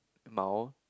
mild